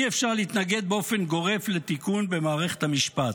אי-אפשר להתנגד באופן גורף לתיקון במערכת המשפט.